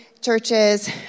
churches